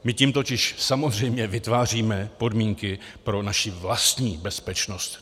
My tím totiž samozřejmě vytváříme podmínky pro naši vlastní bezpečnost.